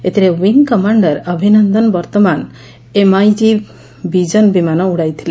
ଏଥିରେ wing commander 'Abhinandan ବର୍ଭମାନ୍' MiG bison ବିମାନ ଉଡ଼ାଇଥିଲେ